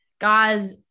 Guys